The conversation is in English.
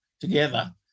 together